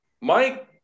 Mike